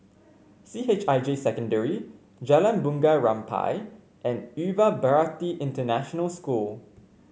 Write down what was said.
C H I J Secondary Jalan Bunga Rampai and Yuva Bharati International School